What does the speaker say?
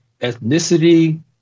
ethnicity